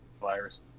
Virus